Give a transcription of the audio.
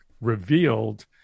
revealed